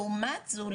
לעומת זו,